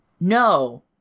no